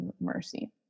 mercy